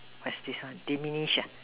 what's this one diminish